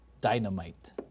dynamite